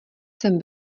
jsem